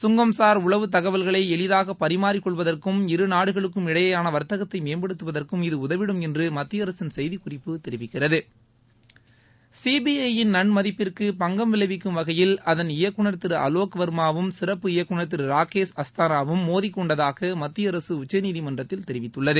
சுங்கம் சார் உளவு தகவல்களை எளிதாக பரிமாறிக்கொள்வதற்கும் இருநாடுகளுக்கும் இடையேயான வர்த்தகத்தை மேம்படுத்துவதற்கும் இது உதவிடும் என்று மத்தியஅரசின் செய்திக்குறிப்பு தெரிவிக்கிறது சிபிஐ யின் நன்மதிப்பிற்கு பங்கம் விளைவிக்கும் வகையில் அதன் இயக்குநர் திரு அலோக் வர்மாவும் திரு ராகேஷ் அஸ்தானாவும் மோதிக்கொண்டதாக மத்தியஅரசு உச்சநீதிமன்றத்தில் தெரிவித்துள்ளது